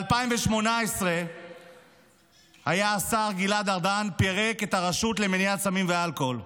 ב-2018 השר גלעד ארדן פירק את הרשות למלחמה בסמים ובאלכוהול,